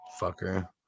Fucker